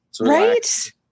Right